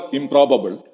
improbable